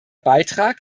beitrag